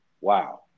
Wow